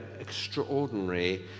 extraordinary